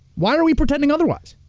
why are we pretending otherwise?